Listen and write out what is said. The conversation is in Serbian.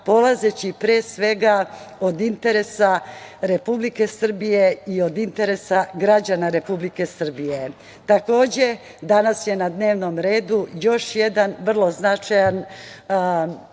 polazeći pre svega od interesa Republike Srbije i od interesa građana Republike Srbije. Takođe, danas je na dnevnom redu još jedan vrlo značajan